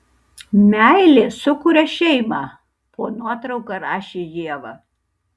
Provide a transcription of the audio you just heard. meilė sukuria šeimą po nuotrauka rašė ieva